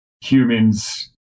humans